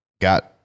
Got